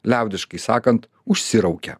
liaudiškai sakant užsiraukia